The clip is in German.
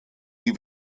die